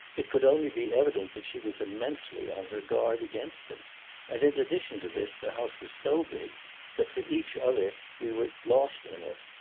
it could only be evident that she was immensely on her guard against them and in addition to this the house was so big that for each other we were lost in it.